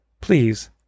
please